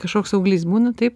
kažkoks auglys būna taip